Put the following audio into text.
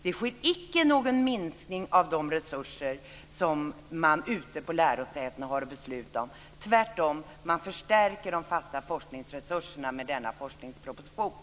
Vi får icke någon minskning av de resurser som man på lärosätena har att besluta om, tvärtom. Man förstärker de fasta forskningsresurserna med denna forskningsproposition.